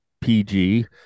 PG